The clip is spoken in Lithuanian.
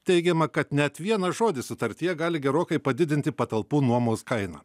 teigiama kad net vienas žodis sutartyje gali gerokai padidinti patalpų nuomos kainą